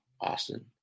Austin